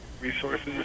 resources